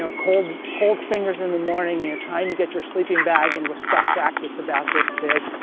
so cold cold fingers in the morning, and you're trying to get your sleeping bag into a stuffed sack that's about this big.